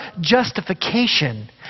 justification